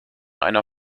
einer